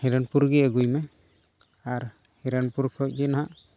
ᱦᱤᱨᱚᱱᱯᱩᱨ ᱜᱮ ᱟᱹᱜᱩᱭᱢᱮ ᱟᱨ ᱦᱤᱨᱚᱱᱯᱩᱨ ᱠᱷᱚᱱᱜᱮ ᱦᱟᱸᱜ